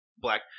black